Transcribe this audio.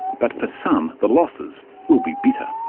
but for some the losses will be bitter.